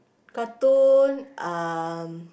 cartoon uh